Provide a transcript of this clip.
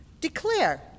Declare